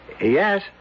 Yes